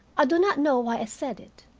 i do not know why i said it.